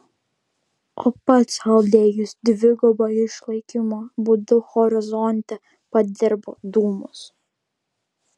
o pats chaldėjus dvigubo išlaikymo būdu horizonte padirbo dūmus